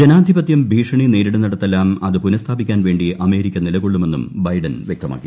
ജനാധിപത്യം ഭീഷണി നേരിടുന്നിടത്തെല്ലാം അത് പുനഃസ്ഥാപിക്കാൻ വേണ്ടി അമേരിക്ക നിലകൊള്ളുമെന്നും ബൈഡൻ വൃക്തമാക്കി